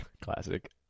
classic